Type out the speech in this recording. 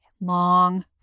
long